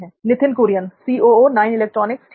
नित्थिन कुरियन ठीक है